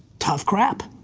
tough crap.